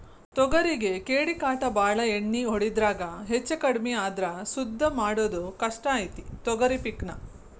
ತೊಗರಿಗೆ ಕೇಡಿಕಾಟ ಬಾಳ ಎಣ್ಣಿ ಹೊಡಿದ್ರಾಗ ಹೆಚ್ಚಕಡ್ಮಿ ಆದ್ರ ಸುದ್ದ ಮಾಡುದ ಕಷ್ಟ ಐತಿ ತೊಗರಿ ಪಿಕ್ ನಾ